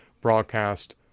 broadcast